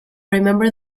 remember